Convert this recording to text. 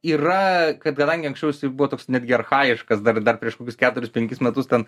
yra kad kadangi anksčiau buvo toks netgi archajiškas dar dar prieš kokius keturis penkis metus ten